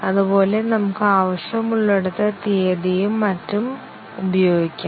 അതുപോലെ നമുക്ക് ആവശ്യമുള്ളിടത്ത് തീയതിയും മറ്റും ഉപയോഗിക്കാം